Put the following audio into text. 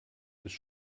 ist